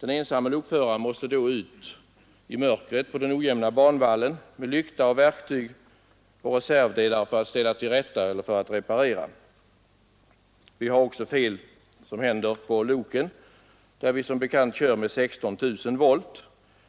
Den ensamme lokföraren måste då ut i mörkret på den ojämna banvallen med lykta och verktyg och reservdelar för att ställa allt till rätta eller för att reparera. Det kan också uppstå fel på loken där vi som bekant kör med 16 000 volt.